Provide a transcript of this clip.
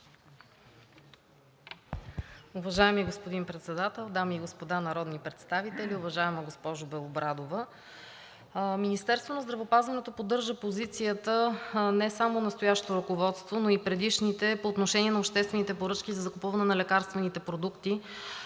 Уважаеми господин Председател, дами и господа народни представители! Уважаема госпожо Белобрадова, Министерството на здравеопазването поддържа позицията – не само настоящото ръководство, но и предишните, по отношение на обществените поръчки за закупуване на лекарствените продукти